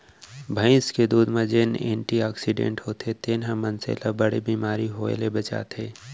भईंस के दूद म जेन एंटी आक्सीडेंट्स होथे तेन ह मनसे ल बड़े बेमारी होय ले बचाथे